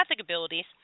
abilities